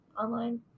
online